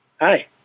Hi